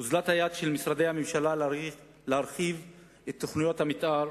אוזלת היד של משרדי הממשלה להרחיב את תוכניות המיתאר